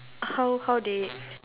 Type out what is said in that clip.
how how they